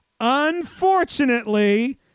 Unfortunately